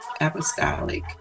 apostolic